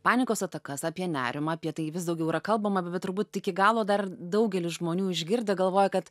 panikos atakas apie nerimą apie tai vis daugiau yra kalbama bet turbūt iki galo dar ir daugelis žmonių išgirdę galvoja kad